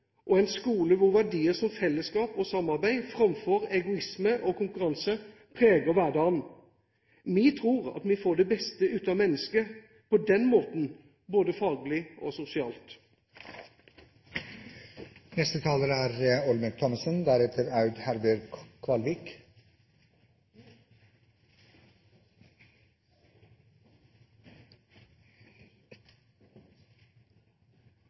en skole hvor verdier som fellesskap og samarbeid, framfor egoisme og konkurranse preger hverdagen. Vi tror at vi får det beste ut av mennesket på den måten – både faglig og